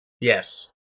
Yes